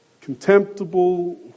contemptible